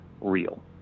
real